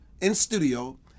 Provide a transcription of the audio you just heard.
in-studio